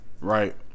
right